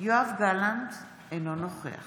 יואב גלנט, אינו נוכח